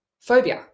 phobia